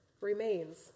remains